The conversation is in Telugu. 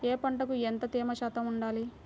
ఏ పంటకు ఎంత తేమ శాతం ఉండాలి?